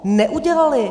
Neudělali!